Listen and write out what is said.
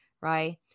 right